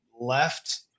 left